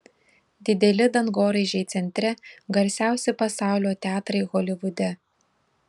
dideli dangoraižiai centre garsiausi pasaulio teatrai holivude